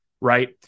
right